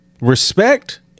Respect